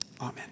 Amen